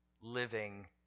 Living